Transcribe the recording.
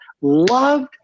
loved